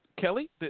Kelly